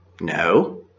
No